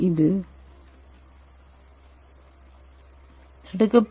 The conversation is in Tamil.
இது தடுக்கப்பட்ட